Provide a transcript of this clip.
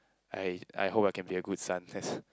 I I hope I can be a good son that's